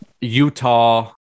utah